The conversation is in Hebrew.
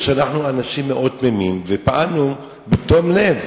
אנחנו אנשים תמימים ופעלנו בתום לב.